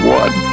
one